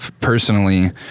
personally